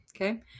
Okay